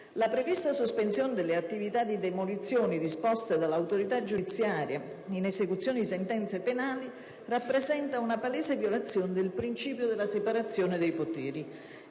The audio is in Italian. la prevista sospensione delle attività di demolizione disposte dall'autorità giudiziaria, in esecuzione di sentenze penali, rappresenta una palese violazione del principio della separazione dei poteri,